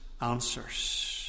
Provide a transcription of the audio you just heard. answers